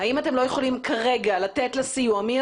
אבל במצב כפי שהוא היום האם אתם לא לתת לה סיוע מיידי?